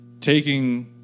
taking